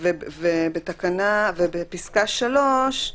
ובפסקה (3),